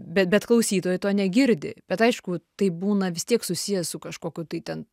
bet bet klausytojai to negirdi bet aišku tai būna vis tiek susiję su kažkokiu tai ten